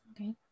Okay